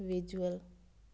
visual